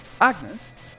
Agnes